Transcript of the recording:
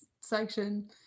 section